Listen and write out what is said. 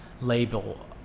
label